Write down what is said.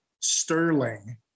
Sterling